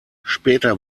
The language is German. später